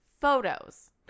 photos